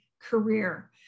career